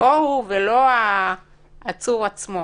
יבואו ולא העצור עצמו.